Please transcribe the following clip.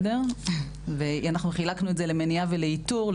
אנחנו חילקנו את זה למניעה ולאיתור,